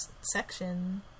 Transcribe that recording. section